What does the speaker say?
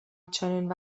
چنین